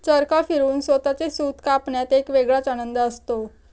चरखा फिरवून स्वतःचे सूत कापण्यात एक वेगळाच आनंद असतो